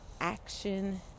action